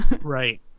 Right